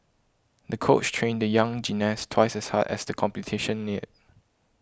the coach trained the young gymnast twice as hard as the competition neared